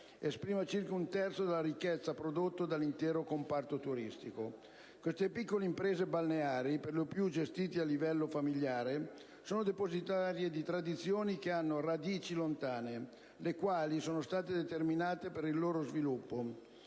esprime circa un terzo della ricchezza prodotta dall'intero comparto turistico. Queste piccole imprese balneari, per lo più gestite a livello familiare, sono depositarie di tradizioni che hanno radici lontane, le quali sono state determinanti per il loro sviluppo,